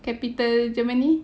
capital germany